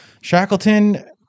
Shackleton